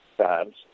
Times